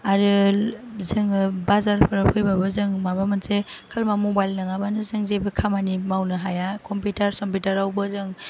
आरो जोङो बाजारफ्राव फैबाबो जों माबा मोनसे मबाइल नङाबानो जों जेबो खामानि मावनो हाया कम्पिउटार सम्पिउटारावबो जों